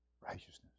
Righteousness